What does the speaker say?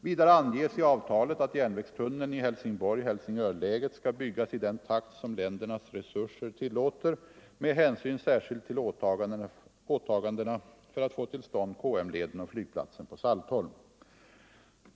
Vidare anges i avtalet att järnvägstunneln i Helsingborg-Helsingör-läget skall byggas i den takt som ländernas resurser tillåter med hänsyn särskilt till åtagandena för att få till stånd KM-leden och flygplatsen på Saltholm.